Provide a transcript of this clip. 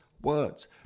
words